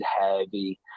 heavy